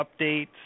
updates